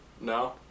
No